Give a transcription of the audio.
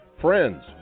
Friends